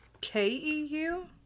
K-E-U